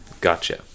Gotcha